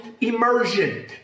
immersion